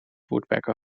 woodpecker